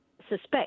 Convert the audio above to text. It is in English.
suspect